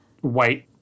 white